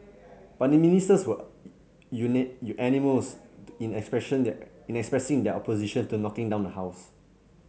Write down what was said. but the Ministers were animals in in expressing their opposition to knocking down the house